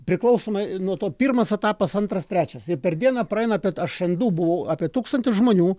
priklausomai nuo to pirmas etapas antras trečias ir per dieną praeina bet aš andu buvo apie tūkstantis žmonių